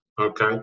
Okay